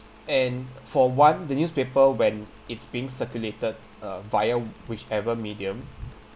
and for one the newspaper when it's being circulated uh via whichever medium